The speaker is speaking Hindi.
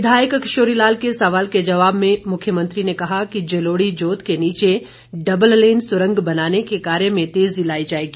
विधायक किशोरी लाल के सवाल के जवाब में मुख्यमंत्री ने कहा कि जलोड़ी जोत के नीचे डबल लेन सुरंग बनाने के कार्य में तेजी लाई जाएगी